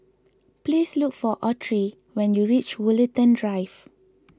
please look for Autry when you reach Woollerton Drive